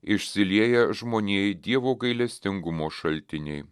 išsilieja žmonijai dievo gailestingumo šaltiniai